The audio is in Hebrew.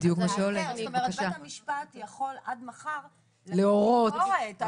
בית המשפט יכול עד מחר --- להורות.